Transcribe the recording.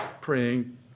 praying